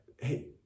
hey